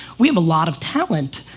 we have a lot of talent.